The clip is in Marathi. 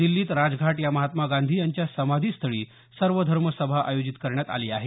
दिल्लीत राजघाट या महात्मा गांधी यांच्या समाधी स्थळी सर्वधर्म सभा आयोजित करण्यात आली आहे